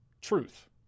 truth